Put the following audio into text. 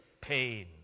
Pain